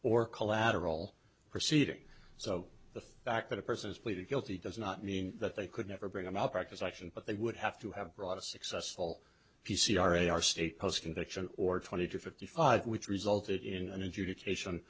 or collateral proceeding so the fact that a person is pleaded guilty does not mean that they could never bring a malpractise action but they would have to have brought a successful p c r our state post conviction or twenty two fifty five which resulted in an adjudication